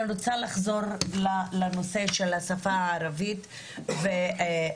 אני רוצה לחזור לנושא של השפה הערבית והטיפול.